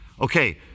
Okay